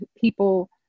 people